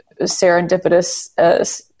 serendipitous